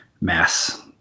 mass